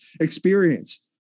experience